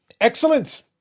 Excellent